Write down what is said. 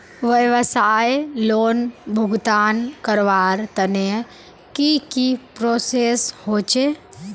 व्यवसाय लोन भुगतान करवार तने की की प्रोसेस होचे?